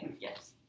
Yes